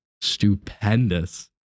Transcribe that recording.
stupendous